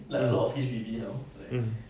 mm mm